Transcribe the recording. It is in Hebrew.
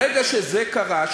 ברגע שזה קרה,